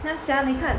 yah sia